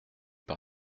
par